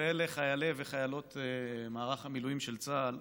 ואלה חיילי וחיילות מערך המילואים של צה"ל,